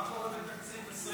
מה קורה בתקציב 2025?